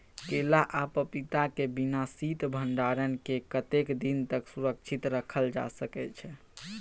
केला आ पपीता के बिना शीत भंडारण के कतेक दिन तक सुरक्षित रखल जा सकै छै?